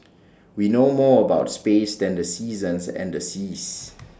we know more about space than the seasons and the seas